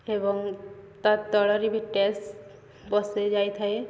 ଏବଂ ତା ତଳରେ ବି ଟେସ୍ ବସେଇ ଯାଇଥାଏ